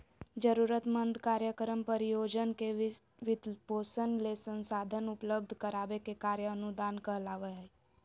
जरूरतमंद कार्यक्रम, परियोजना के वित्तपोषण ले संसाधन उपलब्ध कराबे के कार्य अनुदान कहलावय हय